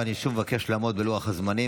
ואני שוב מבקש לעמוד בלוח הזמנים,